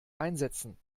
einsetzen